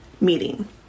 meeting